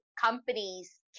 companies